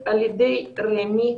לרמ"י,